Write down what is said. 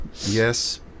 yes